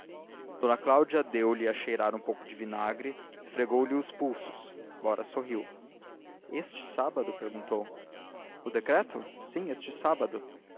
passou d cláudia deu-lhe a cheirar um pouco de vinagre esfregou lhe os pulsos flora sorriu este sábado perguntou o decreto sim este sábado